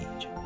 age